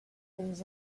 things